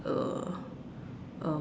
uh